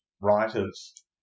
writers